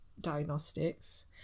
diagnostics